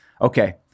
Okay